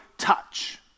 touch